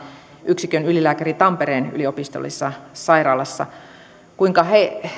yksikön ylilääkäri tampereen yliopistollisessa sairaalassa